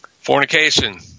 Fornication